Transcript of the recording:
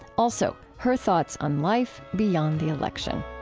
also, her thoughts on life beyond the election